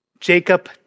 Jacob